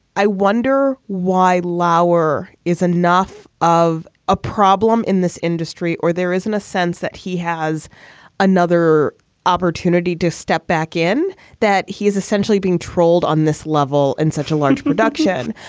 i wonder why lauer is enough of a problem in this industry or there isn't a sense that he has another opportunity to step back in that he is essentially being trolled on this level in such a large production.